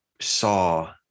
saw